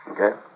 Okay